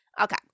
Okay